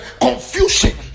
confusion